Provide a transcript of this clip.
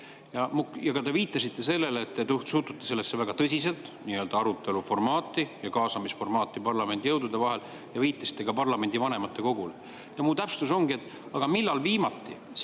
Te viitasite sellele, et te suhtute sellesse väga tõsiselt, nii-öelda arutelu formaati ja kaasamisformaati parlamendijõudude vahel, ja viitasite ka parlamendi vanematekogule. Ja mu täpsustus ongi: selles vastasseisus,